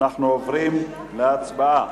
אנחנו עוברים להצבעה.